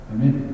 Amen